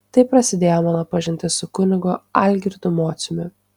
taip prasidėjo mano pažintis su kunigu algirdu mociumi